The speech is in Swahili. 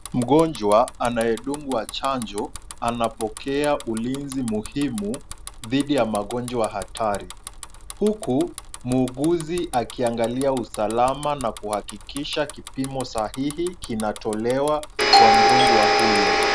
Mgonjwa anayedungwa chanjo anapokea ulinzi muhimu dhidi ya magonjwa hatari huku muuguzi akiangalia usalama na kuhakikisha kipimo sahihi kinatolewa kwa mgonjwa huyo.